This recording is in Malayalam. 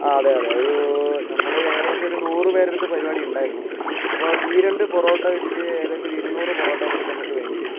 ആ അതെ അതെ ഒരു നമ്മൾ ഏകദേശം ഒരു നൂറ് പേരുടെ അടുത്ത് പരിപാടി ഉണ്ടായിരുന്നു അപ്പോൾ ഈ രണ്ട് പൊറോട്ട വെച്ചിട്ട് ഏകദേശം ഒരു ഇരുന്നൂറ് പൊറോട്ടേൻ്റടുത്ത് നമ്മൾക്ക് വേണ്ടി വരും